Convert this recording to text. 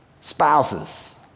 Spouses